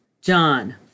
John